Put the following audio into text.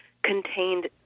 Contained